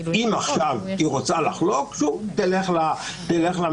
אם עכשיו היא רוצה לחלוק, תלך לממשלה.